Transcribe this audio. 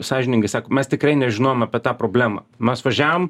sąžiningai sako mes tikrai nežinojom apie tą problemą mes važiavom